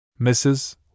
Mrs